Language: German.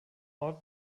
ort